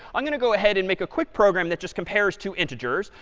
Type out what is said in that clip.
i'm going to go ahead and make a quick program that just compares two integers.